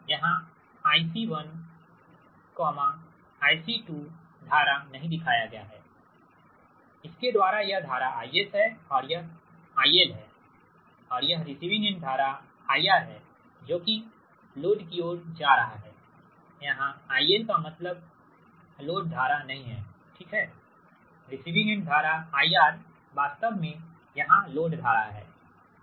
यहां IC1 IC2 धारा नहीं दिखाया गया हैइसके द्वारा यह धारा IS है और यह IL है और यह रिसिविंग एंड धारा IRहै जो कि लोड की ओर जा रहा हैयहां IL का मतलब लोड धारा नहीं है ठीक है रिसीविंग एंड धारा IR वास्तव में यहां लोड धारा है